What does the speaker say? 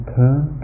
turn